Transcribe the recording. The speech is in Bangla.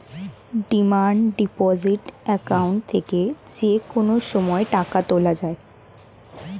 ডিমান্ড ডিপোসিট অ্যাকাউন্ট থেকে যে কোনো সময় টাকা তোলা যায়